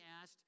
asked